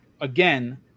again